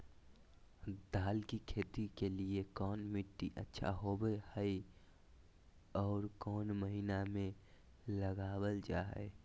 दाल की खेती के लिए कौन मिट्टी अच्छा होबो हाय और कौन महीना में लगाबल जा हाय?